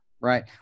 Right